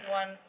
one